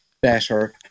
better